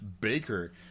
Baker